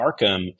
Arkham